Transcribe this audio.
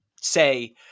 say